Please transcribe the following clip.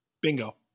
Bingo